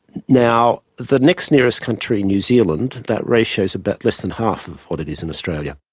now, the next nearest country new zealand that ratio's about less than half of what it is in australia.